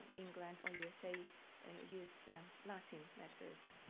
england, or usa use latin letters.